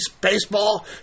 baseball